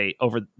Over